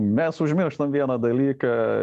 mes užmirštam vieną dalyką